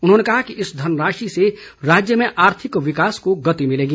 उन्होंने कहा कि इस धनराशि से राज्य में आर्थिक विकास को गति मिलेगी